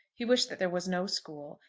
he wished that there was no school,